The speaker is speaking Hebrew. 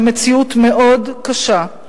למציאות מאוד קשה.